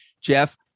Jeff